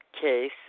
case